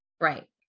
Right